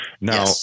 now